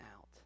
out